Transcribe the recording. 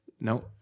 No